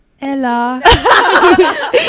Ella